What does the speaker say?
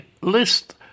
List